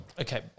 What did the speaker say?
Okay